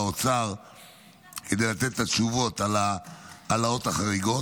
האוצר כדי לתת את התשובות על ההעלאות החריגות.